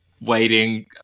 waiting